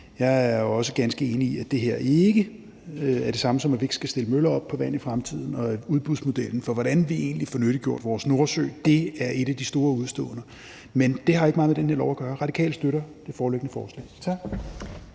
Jeg er også ganske enig i, at det her ikke er det samme, som at vi ikke skal stille møller op på vand i fremtiden, og at udbudsmodellen for, hvordan vi egentlig får nyttiggjort vores Nordsø, er et af de store udeståender. Men det har ikke meget med det her lovforslag at gøre. Radikale støtter det foreliggende forslag.